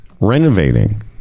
renovating